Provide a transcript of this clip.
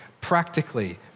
practically